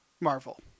Marvel